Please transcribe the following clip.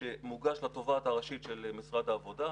שמוגש לתובעת הראשית של משרד העבודה,